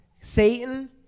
Satan